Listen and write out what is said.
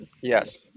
Yes